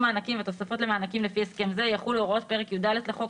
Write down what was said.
מענקים והתוספות למענקים לפי הסכם זה יחולו הוראות פרק י"ד לחוק,